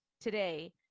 today